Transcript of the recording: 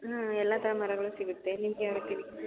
ಹಾಂ ಎಲ್ಲ ಥರ ಮರಗಳು ಸಿಗುತ್ತೆ ನಿಮಗೆ ಯಾವ ರೀತಿ ಬೇಕು